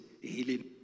healing